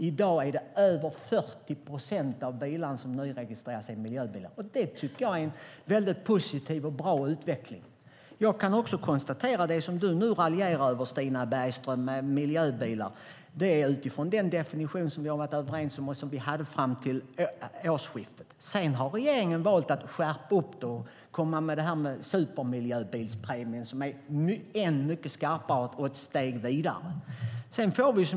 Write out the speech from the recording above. I dag är över 40 procent av bilarna som nyregistreras miljöbilar. Det är en positiv och bra utveckling. Jag kan också konstatera att när Stina Bergström nu raljerar över miljöbilar sker det utifrån den definition som vi var överens om fram till årsskiftet. Sedan har regeringen valt att skärpa kraven och lägga fram förslag på supermiljöbilspremien. Den är än skarpare och går ett steg vidare.